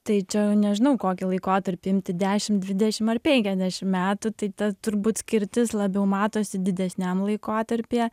tai čia nežinau kokį laikotarpį imti dešimt dvidešimt ar penkiasdešimt metų tai ta turbūt skirtis labiau matosi didesniam laikotarpyje